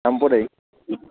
সাম্প্ৰদায়িক